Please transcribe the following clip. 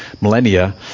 millennia